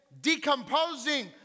decomposing